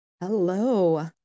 Hello